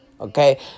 okay